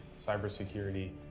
cybersecurity